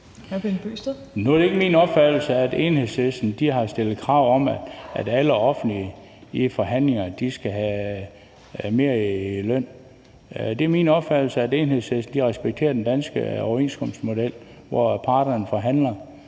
Nu er det ikke min opfattelse, at Enhedslisten har stillet krav om, at alle i den offentlige sektor, i forhandlinger, skal have mere i løn. Det er min opfattelse, at Enhedslisten respekterer den danske overenskomstmodel, hvor parterne forhandler.